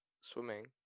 Swimming